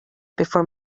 before